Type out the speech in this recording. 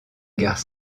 gare